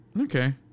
Okay